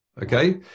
Okay